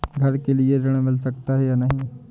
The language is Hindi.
घर के लिए ऋण मिल सकता है या नहीं?